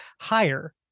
higher